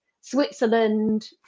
Switzerland